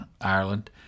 Ireland